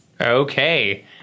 Okay